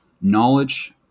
knowledge